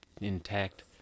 intact